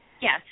Yes